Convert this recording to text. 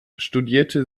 studierte